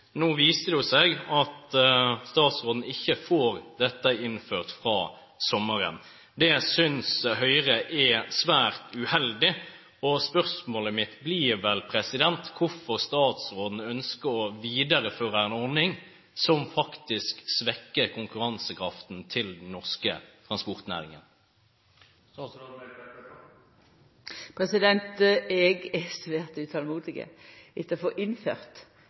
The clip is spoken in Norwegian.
Nå viser det seg at statsråden ikke får innført dette fra sommeren. Det synes Høyre er svært uheldig, og spørsmålet mitt blir hvorfor statsråden ønsker å videreføre en ordning som faktisk svekker konkurransekraften til den norske transportnæringen. Eg er svært utolmodig etter å få innført